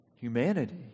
humanity